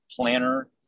planner